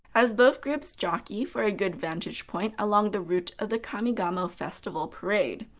as both groups jockey for a good vantage point along the route of the kamigamo festival parade.